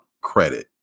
credit